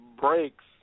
breaks